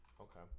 Okay